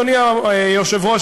אדוני היושב-ראש,